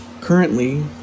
Currently